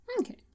Okay